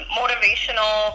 motivational